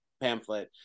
pamphlet